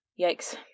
Yikes